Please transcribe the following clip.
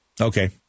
Okay